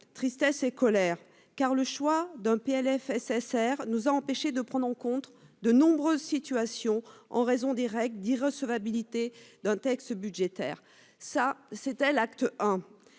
tristesse et colère car le choix d'un PLFSSR nous a empêché de prendre en compte, de nombreuses situations en raison des règles d'irrecevabilité d'un texte budgétaire, ça c'était l'acte